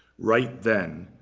right then,